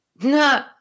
no